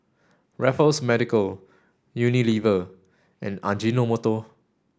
Raffles Medical Unilever and Ajinomoto